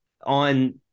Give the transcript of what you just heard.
On